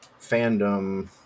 fandom